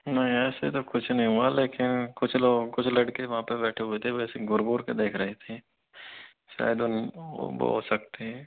नहीं ऐसे तो कुछ नहीं हुआ लेकिन कुछ लोगों कुछ लड़के वहाँ पे बैठे हुए थे वैसे घूर घूर के देख रहे थे शायद उन वो वो हो सकते हैं